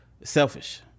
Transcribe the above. selfish